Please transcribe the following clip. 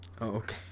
Okay